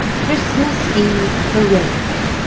christmas eve parade,